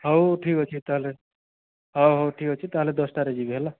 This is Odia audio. ହଉ ଠିକ୍ ଅଛି ତା'ହେଲେ ହଉ ହଉ ଠିକ୍ ଅଛି ତା'ହେଲେ ଦଶଟାରେ ଯିବି ହେଲା